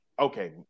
Okay